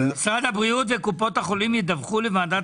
הבריאות וקופות החולים ידווחו לוועדת